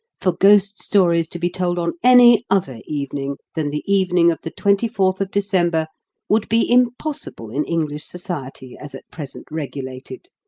for ghost stories to be told on any other evening than the evening of the twenty-fourth of december would be impossible in english society as at present regulated.